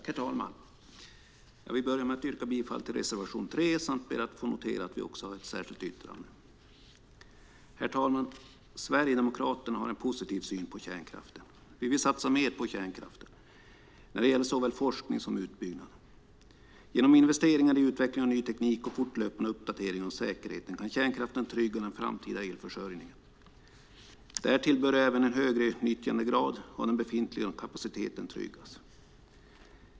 Herr talman! Jag vill börja med att yrka bifall till reservation 3, och jag ber att få notera att vi också ha särskilt yttrande. Sverigedemokraterna har en positiv syn på kärnkraften. Vi vill satsa mer på kärnkraften, såväl när det gäller forskning som när det gäller utbyggnad. Genom investeringar i utveckling av ny teknik och fortlöpande uppdateringar av säkerheten kan kärnkraften trygga den framtida elförsörjningen. Därtill bör även en högre nyttjandegrad av den befintliga kapaciteten tryggas.